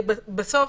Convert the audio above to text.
בסוף